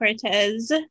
Cortez